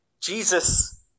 Jesus